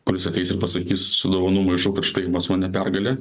kur ateis ir pasakys su dovanų maišu kad štai pas mane pergalė